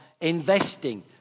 investing